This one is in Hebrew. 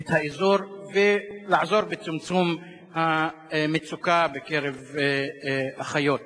את האזור ולעזור בצמצום המצוקה בקרב אחיות.